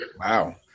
Wow